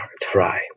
try